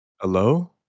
Hello